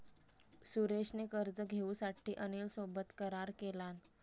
सुरेश ने कर्ज घेऊसाठी अनिल सोबत करार केलान